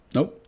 Nope